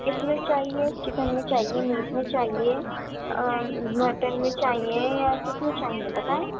کس میں چاہیے چکن میں چاہیے میٹ میں چاہیے مٹن میں چاہیے یا کس میں چاہیے بتائیں